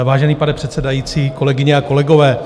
Vážený pane předsedající, kolegyně a kolegové.